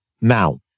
Now